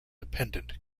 dependent